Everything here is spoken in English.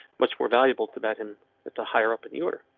much more valuable to bed him at the higher up in newer.